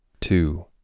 two